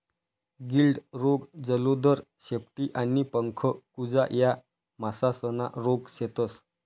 गिल्ड रोग, जलोदर, शेपटी आणि पंख कुजा या मासासना रोग शेतस